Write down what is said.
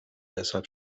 deshalb